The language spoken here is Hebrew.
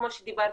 כמו שאמרתי,